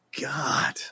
god